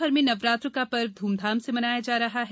प्रदेश भर में नवरात्र का धर्व धूमधाम से मनाया जा रहा है